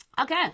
Okay